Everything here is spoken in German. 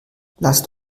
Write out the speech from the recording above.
lasst